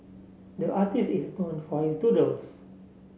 the artist is known for his doodles